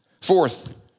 Fourth